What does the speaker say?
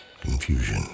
Confusion